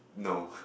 no